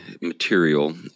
material